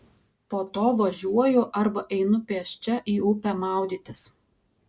po to važiuoju arba einu pėsčia į upę maudytis